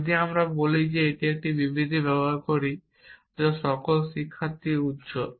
যদি আমি বলি যে আমি এমন একটি বিবৃতি ব্যবহার করি যা সকল শিক্ষার্থীর উজ্জ্বল